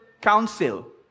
council